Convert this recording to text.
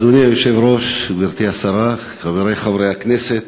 אדוני היושב-ראש, גברתי השרה, חברי חברי הכנסת,